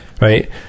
right